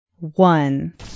One